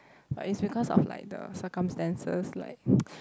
but is because of like the circumstances like